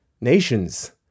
nations